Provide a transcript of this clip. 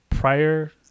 Prior